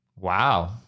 Wow